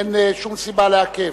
אין שום סיבה לעכב.